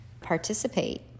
participate